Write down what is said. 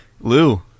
Lou